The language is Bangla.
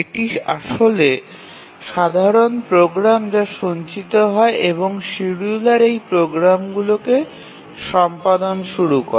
এটি আসলে সাধারণ প্রোগ্রাম যা সঞ্চিত হয় এবং শিডিয়ুলার এই প্রোগ্রামগুলি সম্পাদন শুরু করে